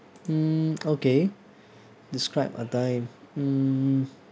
mm okay describe a time mm